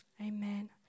Amen